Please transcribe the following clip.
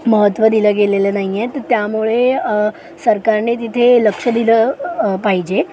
महत्त्व दिलं गेलेलं नाही आहे तर त्यामुळे सरकारने तिथे लक्ष दिलं पाहिजे